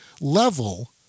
level